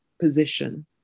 position